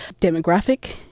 demographic